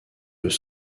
eux